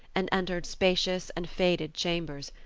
and entered spacious and faded chambers,